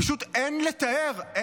פשוט אין לתאר.